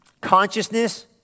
consciousness